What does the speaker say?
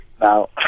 Now